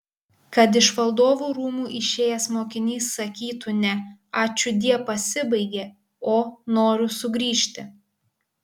kad iš valdovų rūmų išėjęs mokinys sakytų ne ačiūdie pasibaigė o noriu sugrįžti